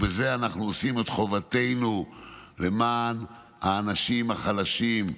בזה אנחנו עושים את חובתנו למען האנשים החלשים.